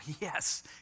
yes